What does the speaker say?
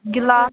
glass